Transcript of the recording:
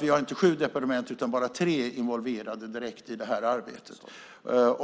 Vi har inte sju departement, utan bara tre som är direkt involverade i arbetet.